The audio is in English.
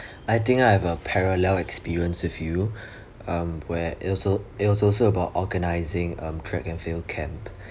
I think I have a parallel experience with you um where it also it was also about organising um track and field camp